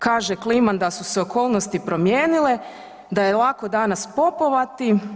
Kaže Kliman da su se okolnosti promijenile, da je lako danas popovati.